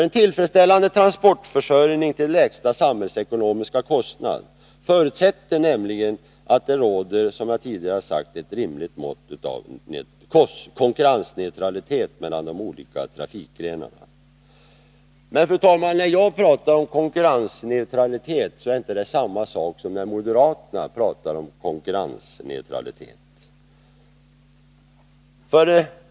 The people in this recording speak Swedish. En tillfredsställande transportförsörjning till lägsta samhällsekonomiska kostnad förutsätter nämligen att det, som jag tidigare sagt, råder ett rimligt mått av konkurrensneutralitet mellan de olika trafikgrenarna. Men, fru talman, när jag talar om konkurrensneutralitet är det inte samma sak som när moderaterna gör det.